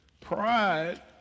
Pride